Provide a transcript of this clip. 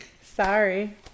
Sorry